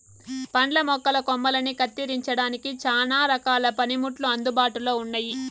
పండ్ల మొక్కల కొమ్మలని కత్తిరించడానికి చానా రకాల పనిముట్లు అందుబాటులో ఉన్నయి